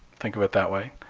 think of it that way.